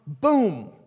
boom